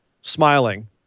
smiling